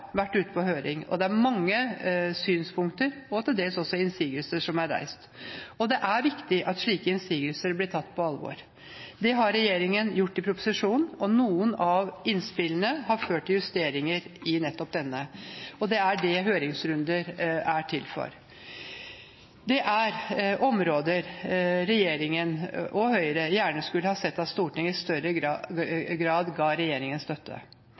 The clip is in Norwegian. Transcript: vært ute på høring, og det er mange synspunkter – og til dels også innsigelser – som er reist. Det er viktig at slike innsigelser blir tatt på alvor. Det har regjeringen gjort i proposisjonen. Noen av innspillene har ført til justeringer i nettopp denne, og det er det høringsrunder er til for. Det er områder der regjeringen og Høyre gjerne skulle ha sett at Stortinget i større grad ga regjeringen støtte.